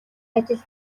ажил